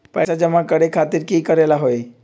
पैसा जमा करे खातीर की करेला होई?